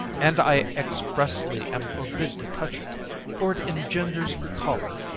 and i expressly am forbid to touch it for it engenders choler,